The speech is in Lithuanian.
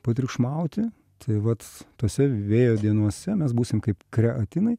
patriukšmauti tai vat tose vėjo dienose mes būsim kaip kreatinai